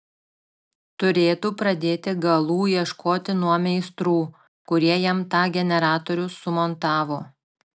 turėtų pradėti galų ieškoti nuo meistrų kurie jam tą generatorių sumontavo